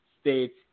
States